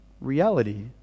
reality